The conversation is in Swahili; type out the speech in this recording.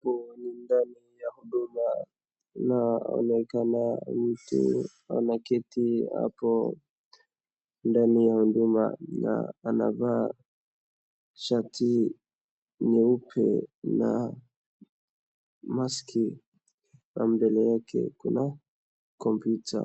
Ndani ya huduma na anaonekana mtu anaketi hapo ndani ya huduma na anavaa shati nyeupe na maski . Mbele yake kuna kompyuta.